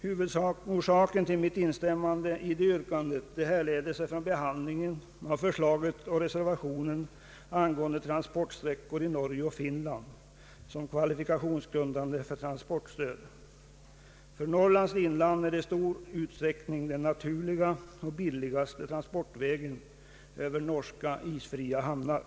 Huvudorsaken till mitt instämmande i detta yrkande härleder sig till behandlingen av förslaget och reservationen angående transportsträckor i Norge och Finland som kvalifikationsgrundande för transportstöd. För Norrlands inland går i stor utsträckning den naturliga och billigaste transportvägen över norska, isfria hamnar.